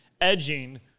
edging